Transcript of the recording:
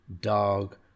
dog